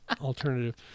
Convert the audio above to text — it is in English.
alternative